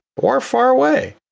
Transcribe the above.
or far away.